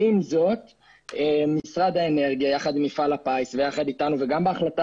עם זאת משרד האנרגיה יחד עם מפעל הפיס ויחד אתנו וגם בהחלטה